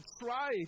try